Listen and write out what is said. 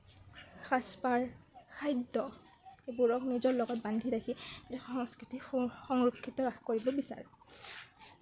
সাজপাৰ খাদ্য এইবোৰক নিজৰ লগত বান্ধি ৰাখি নিজৰ সংস্কৃতি সংৰক্ষিত কৰিব বিচাৰে